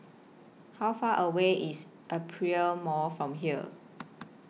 How Far away IS Aperia Mall from here